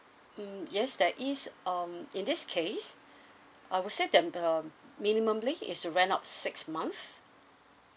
mm yes there is um in this case I would say that um minimally is rent out six months